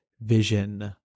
vision